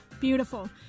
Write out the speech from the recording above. Beautiful